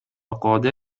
قادر